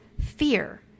fear